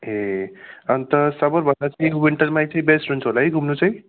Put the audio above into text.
ए अन्त समरभन्दा चाहिँ विन्टरमै चाहिँ बेस्ट हुन्छ होला है घुम्नु चाहिँ